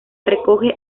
recoge